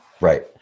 Right